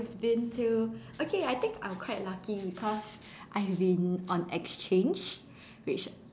been to okay I think I'm quite lucky because I've been on exchange which